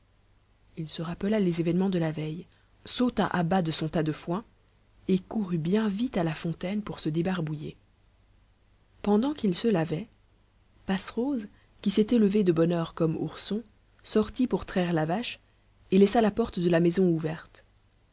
il se rappela les événements de la veille sauta à bas de son tas de foin et courut bien vite à la fontaine pour se débarbouiller pendant qu'il se lavait passerose qui s'était levée de bonne heure comme ourson sortit pour traire la vache et laissa la porte de la maison ouverte